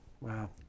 wow